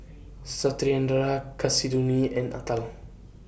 Satyendra Kasinadhuni and Atal